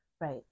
Right